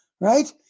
right